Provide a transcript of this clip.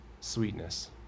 sweetness